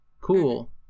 Cool